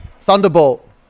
thunderbolt